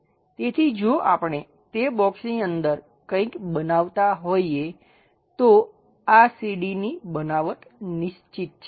તેથી જો આપણે તે બોક્સની અંદર કંઈક બનાવતા હોઈએ તો આ સીડી ની બનાવટ નિશ્ચિત છે